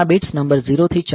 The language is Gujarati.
આ બિટ્સ નંબર 0 થી 4 છે